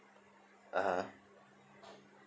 (uh huh)